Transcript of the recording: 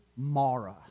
Mara